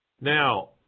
Now